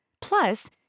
Plus